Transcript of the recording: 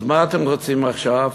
אז מה אתם רוצים עכשיו?